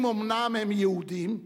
אם אומנם הם יהודים,